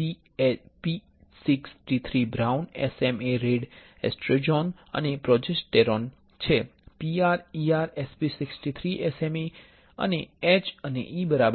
P63 brown SMA red estrogen અને progesterone જે PR ER SP 63 SMA અને H અને E છે બરાબર